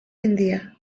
india